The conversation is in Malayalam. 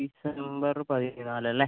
ഡിസംബറ് പതിനാലല്ലേ